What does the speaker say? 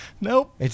Nope